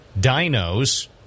dinos